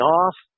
off